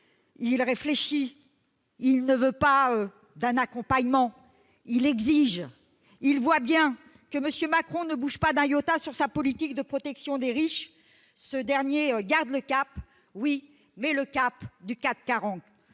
il réfléchit ; il ne veut pas d'un accompagnement, il exige. Il voit bien que M. Macron ne bouge pas d'un iota sur sa politique de protection des riches. Ce dernier garde le cap, oui, mais le cap du CAC 40.